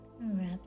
Wraps